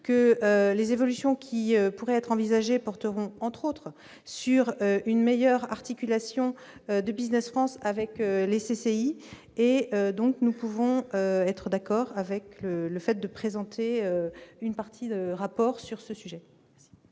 que les évolutions qui pourraient être envisagées porteront entre autres sur une meilleure articulation de Business France avec les CCI et donc nous pouvons être d'accord avec le fait de présenter une partie de rapport sur ce sujet.